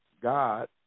God